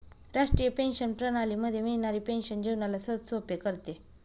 राष्ट्रीय पेंशन प्रणाली मध्ये मिळणारी पेन्शन जीवनाला सहजसोपे करते